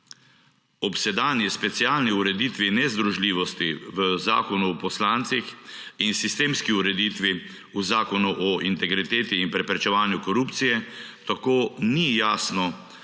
Ob sedanji specialni ureditvi nezdružljivosti v Zakonu o poslancih in sistemski ureditvi v Zakonu o integriteti in preprečevanju korupcije tako ni jasno,